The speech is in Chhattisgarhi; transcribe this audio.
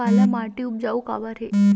काला माटी उपजाऊ काबर हे?